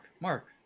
Mark